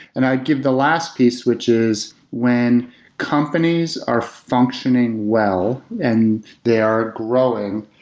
and i give the last piece, which is when companies are functioning well and they are growing,